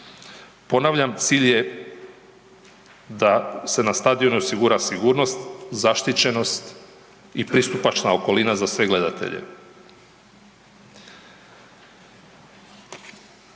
Ponavljam, cilj je da se na stadionu osigura sigurnost, zaštićenost i pristupačna okolina za sve gledatelje.